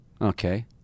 Okay